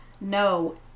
No